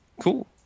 Cool